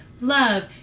love